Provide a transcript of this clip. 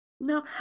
No